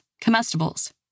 comestibles